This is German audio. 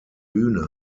bühne